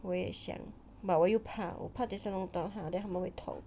我也想 but 我又怕我怕等下弄到它 then 他们会痛